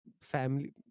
family